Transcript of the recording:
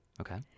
okay